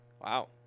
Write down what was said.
Wow